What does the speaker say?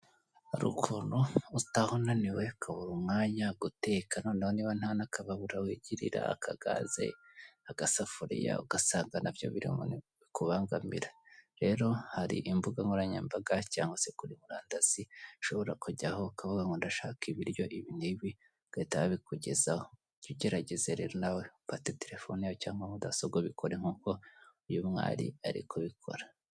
Hari ukuntu utaha unaniwe ukabura umwanya, guteka noneho niba nta n'akababura wigirira, akagaze, agasafuriya, ugasaga na byo biri mu bintu bikubangamira. Rero hari imbuga nkoranyambaga cyangwa se kuri murandasi, ushobora kujyaho, ukavuga ngo ndashaka ibiryo ibi n'ibi, bagahita babikugezaho. Jya ugerageza rero nawe ufate telefone yawe cyangwa mudasobwa ubikore nk'uko uyu mwari ari kubikora.